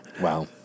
Wow